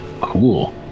cool